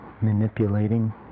manipulating